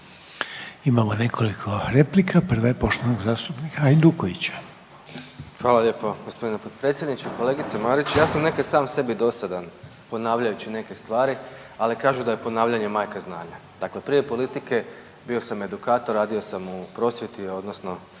Imamo nekoliko replika, prva je poštovanog zastupnika Hajdukovića.